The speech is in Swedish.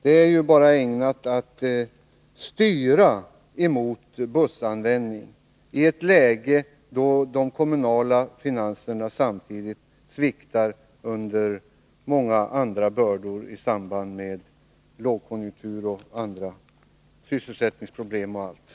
Det är ju bara ägnat att styra mot bussanvändning i ett läge då de kommunala finanserna samtidigt sviktar under många andra bördor i samband med lågkonjunktur, sysselsättningsproblem och annat.